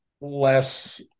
less